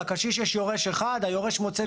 לקשיש יש יורש אחד והוא מוצא את עצמו חייב במס.